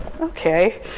okay